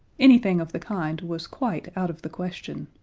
anything of the kind was quite out of the question.